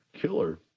killer